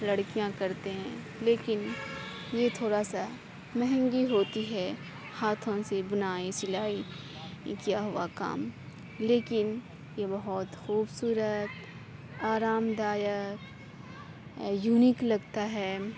لڑکیاں کرتے ہیں لیکن یہ تھوڑا سا مہنگی ہوتی ہے ہاتھوں سے بنائی سلائی کیا ہوا کام لیکن یہ بہت خوبصورت آرام دائک یونیک لگتا ہے